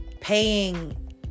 paying